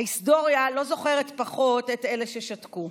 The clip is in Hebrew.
ההיסטוריה לא זוכרת פחות את אלה ששתקו.